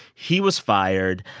he was fired.